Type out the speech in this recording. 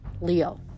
Leo